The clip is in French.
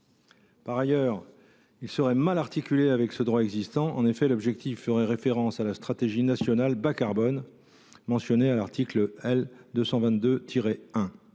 s’articuleraient mal avec ce droit existant. En effet, l’objectif ferait référence à la stratégie nationale bas carbone mentionnée à l’article L. 222 1